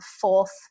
fourth